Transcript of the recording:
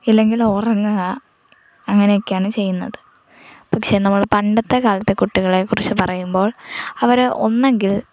ഇല്ലെങ്കിൽ ഉറങ്ങുക അങ്ങനെയൊക്കെയാണ് ചെയ്യുന്നത് പക്ഷെ നമ്മൾ പണ്ടത്തെ കാലത്തെ കുട്ടികളെക്കുറിച്ച് പറയുമ്പോൾ അവർ ഒന്നല്ലെങ്കിൽ